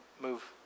move